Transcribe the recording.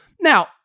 Now